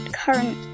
current